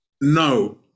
No